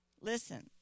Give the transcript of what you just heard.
Listen